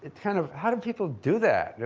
kind of, how did people do that? you